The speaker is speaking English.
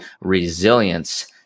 resilience